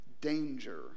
danger